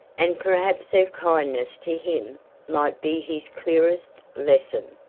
and perhaps her kindness to him might be his clearest lesson.